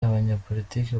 abanyapolitiki